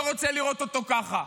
לא רוצה לראות אותו ככה.